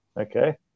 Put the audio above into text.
Okay